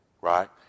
Right